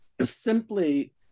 simply